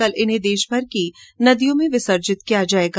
कल इन्हें देशभर की नदियों में विसर्जित किया जाएगा